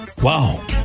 Wow